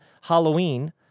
Halloween